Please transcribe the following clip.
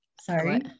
sorry